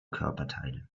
körperteile